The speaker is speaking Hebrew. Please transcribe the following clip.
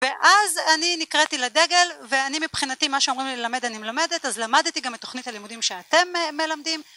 ואז אני נקראתי לדגל ואני מבחינתי מה שאומרים לי ללמד אני מלמדת אז למדתי גם את תוכנית הלימודים שאתם מלמדים